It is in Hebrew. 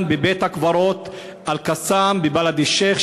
בבית-הקברות "אל-קסאם" בבלד-א-שיח',